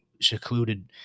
secluded